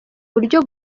buryo